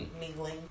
mingling